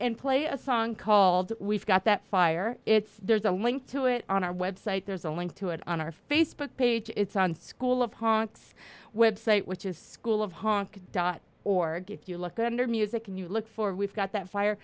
but play a song called we've got that fire it's there's a link to it on our website there's a link to it on our facebook page it's on school of honks website which is school of honk dot org if you look at her music and you look for we've got that fire